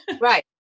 Right